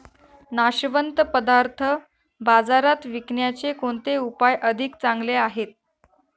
नाशवंत पदार्थ बाजारात विकण्याचे कोणते उपाय अधिक चांगले आहेत?